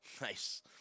Nice